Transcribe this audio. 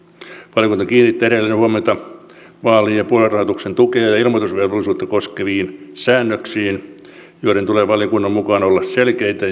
valiokunta kiinnittää edelleen huomiota vaali ja puoluerahoituksen tukea ja ja ilmoitusvelvollisuutta koskeviin säännöksiin joiden tulee valiokunnan mukaan olla selkeitä